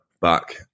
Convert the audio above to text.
back